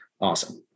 awesome